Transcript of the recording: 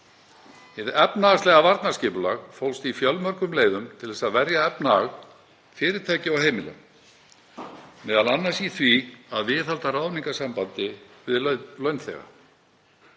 Hið efnahagslega varnarskipulag fólst í fjölmörgum leiðum til þess að verja efnahag fyrirtækja og heimila, m.a. í því að viðhalda ráðningarsambandi við launþega.